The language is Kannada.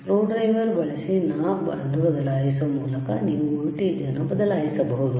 ಸ್ಕ್ರೂಡ್ರೈವರ್ ಬಳಸಿ ನಾಬ್ ಅನ್ನುಬದಲಾಯಿಸುವ ಮೂಲಕ ನೀವು ವೋಲ್ಟೇಜ್ ಅನ್ನು ಬದಲಾಯಿಸಬಹುದು